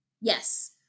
Yes